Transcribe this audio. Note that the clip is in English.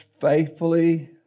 faithfully